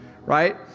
right